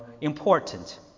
important